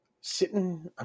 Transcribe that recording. sitting